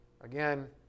again